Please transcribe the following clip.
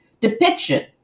depiction